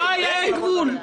לא יהיה גבול.